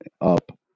up